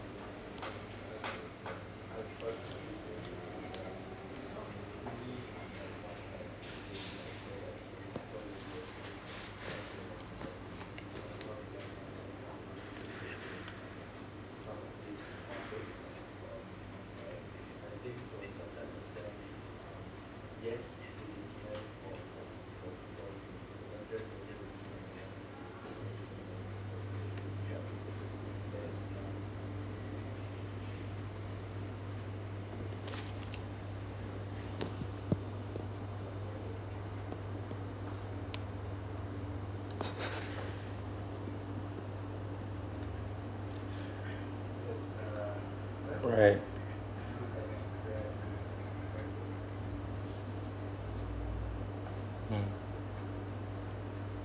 alright mm